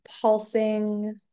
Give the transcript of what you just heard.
pulsing